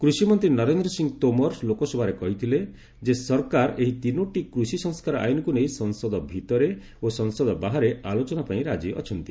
କୃଷିମନ୍ତ୍ରୀ ନରେନ୍ଦ୍ର ସିଂ ତୋମର ଲୋକସଭାରେ କହିଥିଲେ ଯେ ସରକାର ଏହି ତିନୋଟି କୃଷି ସଂସ୍କାର ଆଇନକୁ ନେଇ ସଂସଦ ଭିତରେ ଓ ସଂସଦ ବାହାରେ ଆଲୋଚନା ପାଇଁ ରାଜି ଅଛନ୍ତି